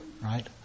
right